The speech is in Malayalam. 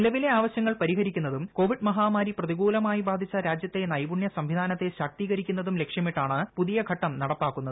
നിലവിലെ ആവശ്യങ്ങൾ പരിഹരിക്കുന്നതും കോവിഡ് മഹാമാരി പ്രതികൂലമായി ബാധിച്ച രാജ്യത്തെ നൈപുണ്യ സംവിധാനത്തെ ശാക്തീകരിക്കുന്നതും ലക്ഷ്യമിട്ടാണ് പുതിയ ഘട്ടം നടപ്പാക്കുന്നത്